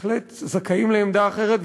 בהחלט זכאים לעמדה אחרת,